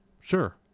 Sure